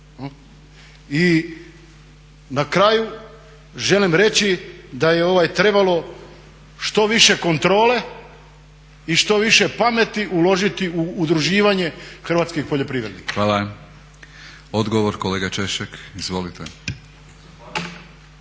I na kraju želim reći da je ovaj trebalo što više kontrole i što više pameti uložiti u udruživanje hrvatskih poljoprivrednika. **Batinić, Milorad (HNS)** Hvala. Odgovor, kolega Češek. Izvolite.